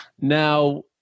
Now